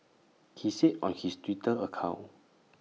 he said on his Twitter account